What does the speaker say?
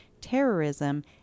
terrorism